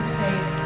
take